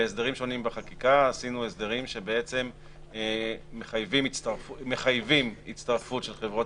בהסדרים שונים בחקיקה עשינו הסדרים שבעצם מחייבים הצטרפות של חברות